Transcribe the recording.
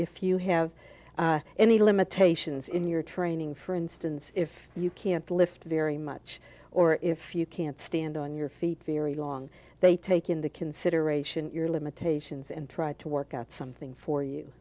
if you have any limitations in your training for instance if you can't lift very much or if you can't stand on your feet very long they take into consideration your limitations and try to work out something for you